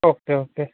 okay okay